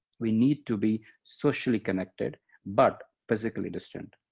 we need to be socially connected but physically distant.